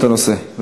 את הנושא.